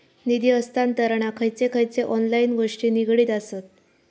निधी हस्तांतरणाक खयचे खयचे ऑनलाइन गोष्टी निगडीत आसत?